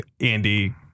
andy